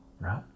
right